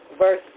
verse